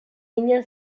mina